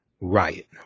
riot